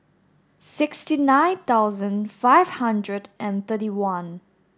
sixty nine thousand five hundred and thirty one